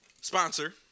sponsor